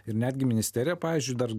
ir netgi ministerija pavyzdžiui dar